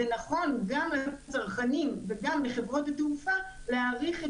זה נכון גם לגבי הצרכנים וגם לגבי חברות התעופה להאריך את